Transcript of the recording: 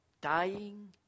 Dying